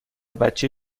بچه